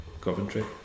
Coventry